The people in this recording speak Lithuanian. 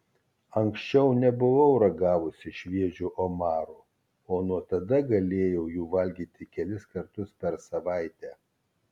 anksčiau nebuvau ragavusi šviežio omaro o nuo tada galėjau jų valgyti kelis kartus per savaitę